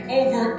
over